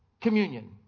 communion